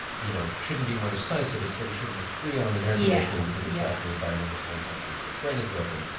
you know, shouldn't be more decisive, it's that he shouldn't use freon in air-conditioning because it's yeah bad for the environment. his friend tells him that his brain is broken.